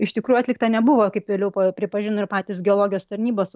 iš tikrųjų atlikta nebuvo kaip vėliau pripažino ir patys geologijos tarnybos